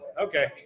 Okay